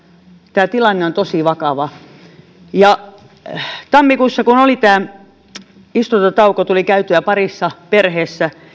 tämä tilanne on tosi vakava tammikuussa kun oli istuntotauko tuli käytyä parissa perheessä